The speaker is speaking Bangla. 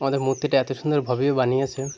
আমাদের মূর্তিটা এত সুন্দর ভাবেইও বানিয়েছে